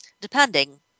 depending